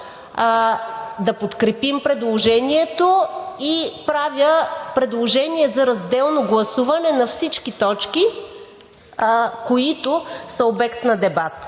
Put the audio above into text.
да подкрепим предложението и правя предложение за разделно гласуване на всички точки, които са обект на дебат.